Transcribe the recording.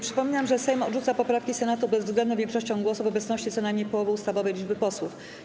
Przypominam, że Sejm odrzuca poprawki Senatu bezwzględną większością głosów w obecności co najmniej połowy ustawowej liczby posłów.